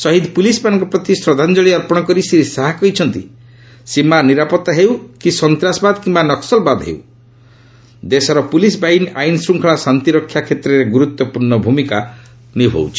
ଶହୀଦ୍ ପୁଲିସ୍ମାନଙ୍କ ପ୍ରତି ଶ୍ରଦ୍ଧାଞ୍ଜଳୀ ଅର୍ପଣ କରି ଶ୍ରୀ ଶାହା କହିଛନ୍ତି ସୀମା ନିରାପତ୍ତା ହେଉ ସନ୍ତାସବାଦ କିୟା ନକ୍ସଲବାଦ ହେଉ ଦେଶର ପୁଲିସ୍ ବାହିନୀ ଆଇନ୍ ଶୃଙ୍ଖଳା ଓ ଶାନ୍ତି ରକ୍ଷା କ୍ଷେତ୍ରରେ ଗୁରୁତ୍ୱପୂର୍ଷ ଭୂମିକା ନିଭାଉଛି